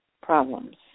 problems